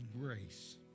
grace